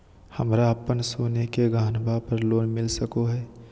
हमरा अप्पन सोने के गहनबा पर लोन मिल सको हइ?